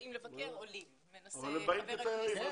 הם באים לבקר עולים אבל הם באים כתיירים.